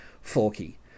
Forky